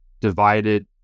divided